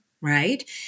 right